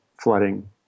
flooding